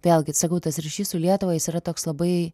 vėlgi sakau tas ryšys su lietuva jis yra toks labai